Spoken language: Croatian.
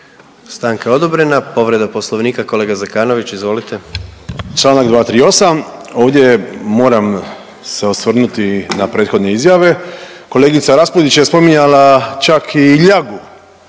Stanka je odobrena. Povreda poslovnika kolega Zekanović izvolite. **Zekanović, Hrvoje (HDS)** Čl. 238. ovdje moram se osvrnuti na prethodne izjave. Kolegica Raspudić je spominjala čak i ljagu,